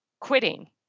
quitting